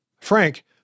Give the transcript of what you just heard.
Frank